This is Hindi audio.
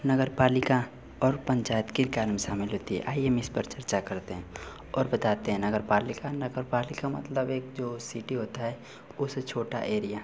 नगर पालिका और पंचायत किसकार्य में शामील होती है आइए हम इस पर चर्चा करते हैं और बताते हैं नगर पालिका नगर पालिका मतलब एक जो सिटी होता है उसे छोटा एरिया